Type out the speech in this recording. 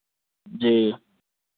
जी